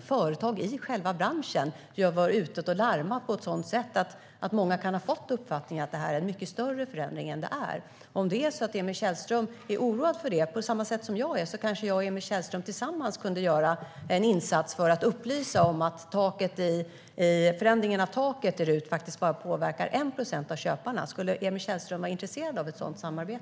företag i branschen har larmat på sådant sätt att många kan ha fått uppfattningen att förändringen är större än den är. Om Emil Källström är oroad för detta på samma sätt som jag är kanske jag och Emil Källström tillsammans kan göra en insats för att upplysa om att förändringen av taket i RUT faktiskt bara påverkar 1 procent av köparna. Skulle Emil Källström vara intresserad av ett sådant samarbete?